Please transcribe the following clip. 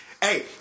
Hey